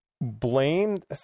blamed